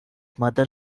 mother